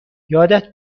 یادت